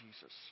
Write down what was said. Jesus